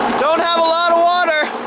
don't have a lot of water.